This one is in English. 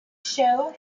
show